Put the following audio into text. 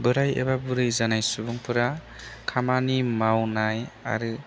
बोराय एबा बुरि जानाय सुबुंफोरा खामानि मावनाय आरो